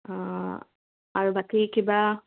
অঁ আৰু বাকী কিবা